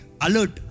alert